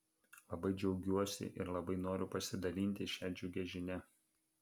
labai džiaugiuosi ir labai noriu pasidalinti šia džiugia žinia